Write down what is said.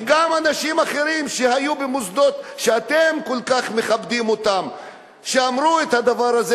כי גם אנשים אחרים שהיו במוסדות שאתם כל כך מכבדים אמרו את הדבר הזה,